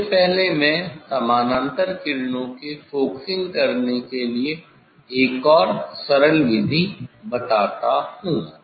इससे पहले मैं समानांतर किरणों के फोकसिंग करने के लिए एक और सरल विधि बताता हूँ